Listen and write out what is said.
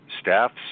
staff's